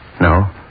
No